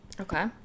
Okay